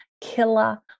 killer